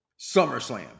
SummerSlam